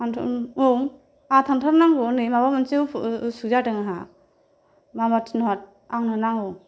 आंथ' औ आंहा थांथार नांगौ नै माबा मोनसे उसुग जादों आंहा माबार थिनहर आंनो नांगौ